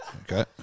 Okay